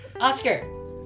Oscar